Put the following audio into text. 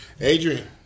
Adrian